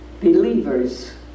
believers